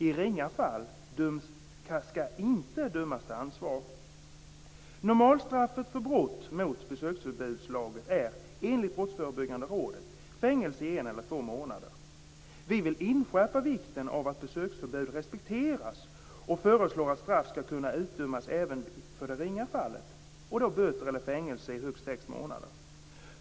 I ringa fall skall inte dömas till ansvar. Normalstraffet för brott mot besöksförbudslagen är enligt Brottsförebyggande rådet fängelse i en eller två månader. Vi vill inskärpa vikten av att besöksförbud respekteras och föreslår att straff skall kunna utdömas även för det ringa fallet, och då böter eller fängelse i högst sex månader.